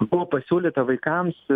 buvo pasiūlyta vaikams